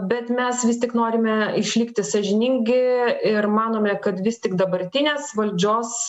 bet mes vis tik norime išlikti sąžiningi ir manome kad vis tik dabartinės valdžios